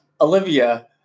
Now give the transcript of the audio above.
Olivia